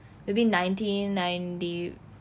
maybe ninety ninety